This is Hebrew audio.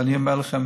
ואני אומר לכם,